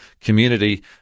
community